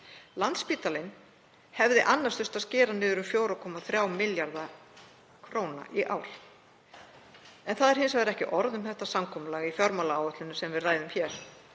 Landspítalann hefði annars þurft að skera niður um 4,3 milljarða kr. En það er hins vegar ekki orð um þetta samkomulag í fjármálaáætluninni sem við ræðum hér